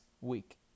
week